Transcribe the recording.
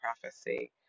prophecy